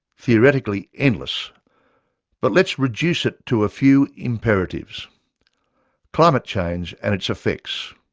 theoretically endless but let's reduce it to a few imperatives climate change and its effects,